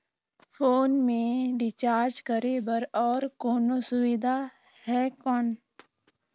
Phone मे recharge करे बर और कोनो सुविधा है कौन?